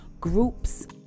groups